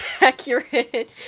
accurate